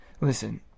Listen